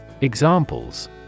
Examples